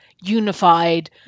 unified